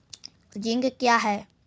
Zinc क्या हैं?